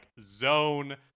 zone